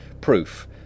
Proof